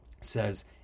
says